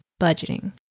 budgeting